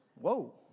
Whoa